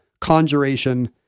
conjuration